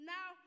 Now